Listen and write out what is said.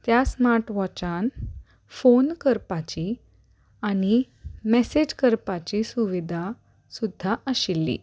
त्या स्मार्ट वॉचान फोन करपाची आनी मॅसेज करपाची सुविधा सुद्दा आशिल्ली